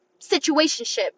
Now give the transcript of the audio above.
situationship